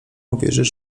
uwierzyć